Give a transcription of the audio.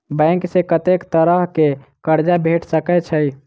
Bank सऽ कत्तेक तरह कऽ कर्जा भेट सकय छई?